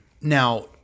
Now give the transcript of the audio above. now